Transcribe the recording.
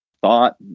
thought